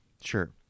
sure